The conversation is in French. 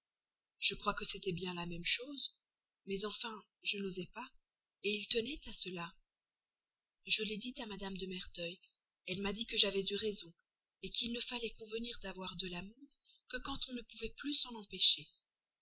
je crois que c'était bien la même chose mais enfin je n'osais pas il tenait à cela je l'ai dit à mme de merteuil elle m'a dit que j'avais eu raison qu'il ne fallait convenir d'avoir de l'amour que quand on ne pouvait plus s'en empêcher